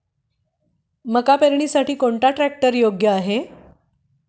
मका पेरणीसाठी कोणता ट्रॅक्टर योग्य आहे?